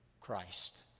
Christ